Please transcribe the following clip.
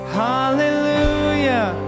hallelujah